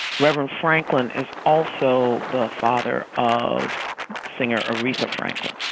rev. and franklin is also the father of singer aretha franklin.